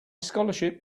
scholarship